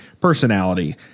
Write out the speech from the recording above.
personality